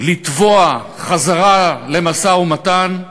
לתבוע חזרה למשא-ומתן,